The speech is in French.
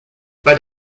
pas